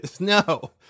No